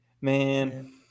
Man